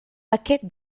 aquest